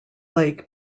lake